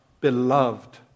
beloved